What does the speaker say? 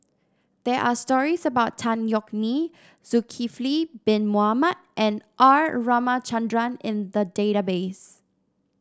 there are stories about Tan Yeok Nee Zulkifli Bin Mohamed and R Ramachandran in the database